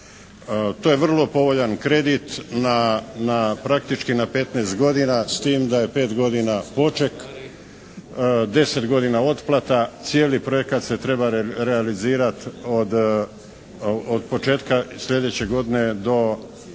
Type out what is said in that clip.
To je vrlo povoljan kredit na praktički 15 godina s tim da je 5 godina poček, deset godina otplata. Cijeli projekat se treba realizirat od početka sljedeće godine do